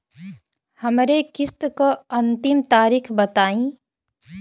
हमरे किस्त क अंतिम तारीख बताईं?